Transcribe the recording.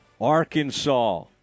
Arkansas